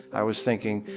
i was thinking,